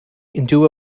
into